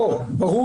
ברור